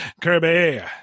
Kirby